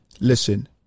Listen